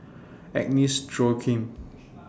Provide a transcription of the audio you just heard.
Agnes Joaquim